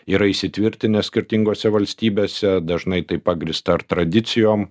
yra įsitvirtinęs skirtingose valstybėse dažnai tai pagrįsta ar tradicijom